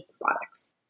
products